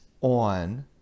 on